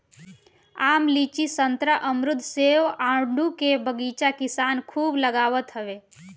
आम, लीची, संतरा, अमरुद, सेब, आडू के बगीचा किसान खूब लगावत हवे